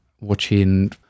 watching